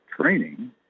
training